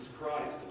Christ